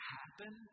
happen